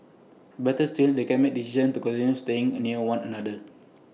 better still they can make A decision to continue staying near one another